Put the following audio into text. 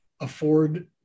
afford